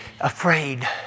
afraid